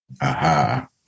Aha